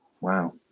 Wow